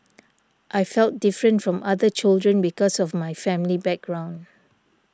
I felt different from other children because of my family background